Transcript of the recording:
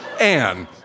Anne